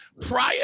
Prior